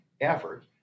effort